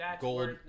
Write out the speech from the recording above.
gold